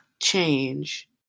change